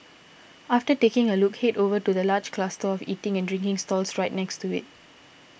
after taking a look head over to the large cluster of eating and drinking stalls right next to it